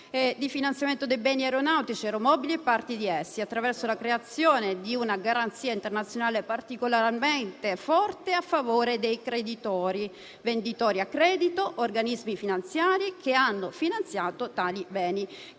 di finanziamento dei beni aeronautici, aeromobili o parti di essi, attraverso la creazione di una garanzia internazionale particolarmente forte a favore dei creditori (venditori a credito, organismi finanziari che hanno finanziato tali beni)